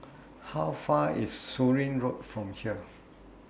How Far IS Surin Road from here